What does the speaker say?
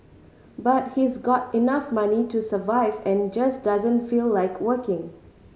but he's got enough money to survive and just doesn't feel like working